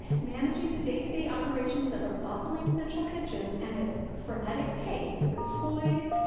managing the day to day operations of a bustling central kitchen and its frenetic pace with poise,